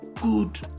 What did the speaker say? good